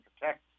protect